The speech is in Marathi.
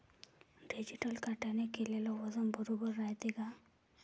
डिजिटल काट्याने केलेल वजन बरोबर रायते का?